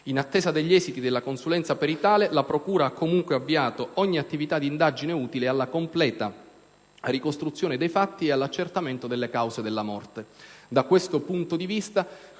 In attesa degli esiti della consulenza peritale, la procura ha comunque avviato ogni attività di indagine utile alla completa ricostruzione dei fatti e all'accertamento delle cause della morte.